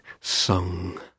sung